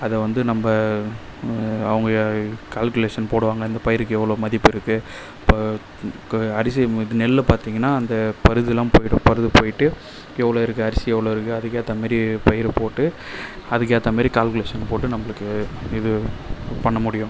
அதை வந்து நம்ப அவங்க கால்குலேஷன் போடுவாங்க இந்த பயிருக்கு எவ்வளோ மதிப்பிருக்கு இப்போ அரிசி நெல்லை பார்த்தீங்கன்னா அந்த பருதுலாம் போய்டும் பருது போயிவிட்டு எவ்வளோ இருக்கு அரிசி எவ்வளோ இருக்கு அதுக்கேத்தமேரி பயிரை போட்டு அதுக்கேத்த மேரி கால்க்குலேஷன் போட்டு நம்பளுக்கு இது பண்ண முடியும்